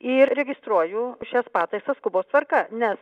ir registruoju šias pataisas skubos tvarka nes